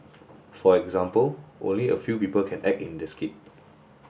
for example only a few people can act in the skit